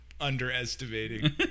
underestimating